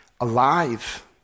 alive